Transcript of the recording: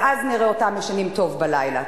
ואז נראה אותם ישנים טוב בלילה.